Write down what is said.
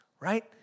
right